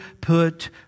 put